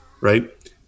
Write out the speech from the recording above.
right